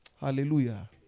Hallelujah